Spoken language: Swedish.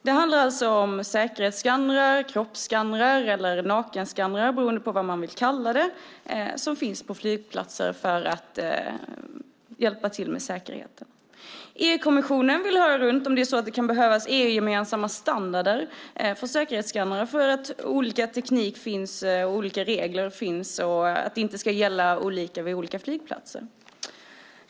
Det handlar alltså om säkerhetsskannrar, om kroppsskannrar eller nakenskannrar - beroende på vad man vill kalla dem - som finns på flygplatser som en hjälp med säkerheten. EU-kommissionen vill så att säga höra runt om det kan behövas EU-gemensamma standarder för säkerhetsskannrar för att inte olika teknik och regler ska gälla på flygplatserna.